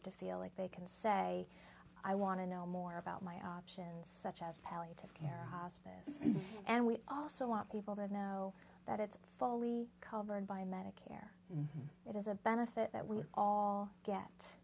to feel like they can say i want to know more about my options such as palliative care hospice and we also want people to know that it's fully covered by medicare and it is a benefit that we all